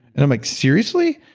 and i'm like, seriously?